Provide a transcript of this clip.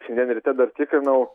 šiandien ryte dar tikrinau